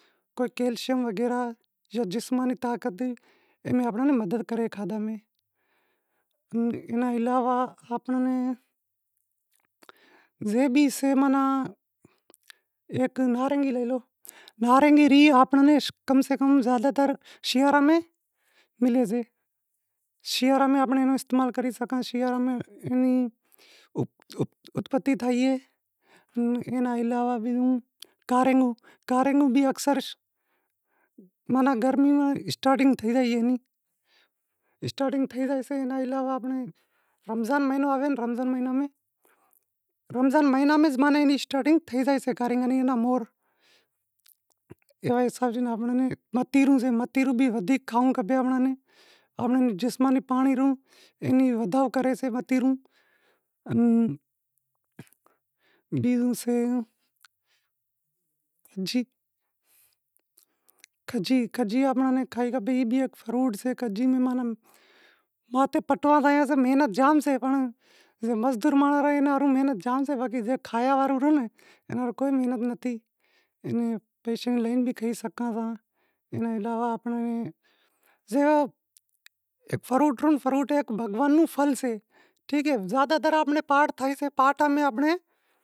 امیں فروٹ نیں باراں ماہ وات کرشاں کہ ٹھیک اے، کہ آپاں نیں فروٹ کیوے طریقے استعمال کرنڑ کھپے، چاں طریوے ماہ کھاواں کھپے، ٹھیک اے، تو آنپڑے صوف رے باراں ماہ بدھائیساں، ٹھیک اے، صوف ایک فروٹ سے زے میں آنپڑے کیلشیم سے، ٹھیک اے، ان اکثر کرے تمیں زویوں ہوشے کی بیمار مانڑاں سے صوف فروٹ لئی زاشیں، ودھیک فروٹ رو استعمال کراں تا، فروٹ رو استعمال اینا ہاروں کراں تا کہ آپاں نیں جسمانی طاقت ڈیسے، ٹھیک اے کئلیشیم ری کمی آپنڑے ناں نتھی تھانڑ ڈیتا ان بیزی وات آنبڑی سے ، آنبڑی فرسٹ آف آل آپاں نیں پہریں خاسی انبڑی ہوئے ناں خاسی انبڑی فایدو ڈے، آپاں نیں چنٹنڑی ٹھاہوا ماں فائدو ڈے، ٹھیک اے، اینا بعد موٹی تھائیے اینوں روٹلے ماہ کھئی شگاں تا، شاگ بھی کری سگھاں تا، بیزی وات کہ آپنڑو پاکستان نو قومی پھل سے ناں پھل ای آنبڑی اے، ٹھیک اے، قومی پھل سے آنپڑو پاکستان نوں کیلو زے کیلو رو واحد او درخت سے زے ماں لاکڑو نتھی ٹھیک اے، واحد ایوو درخت سے زے مایں لاکڑو نتھی ہوتو۔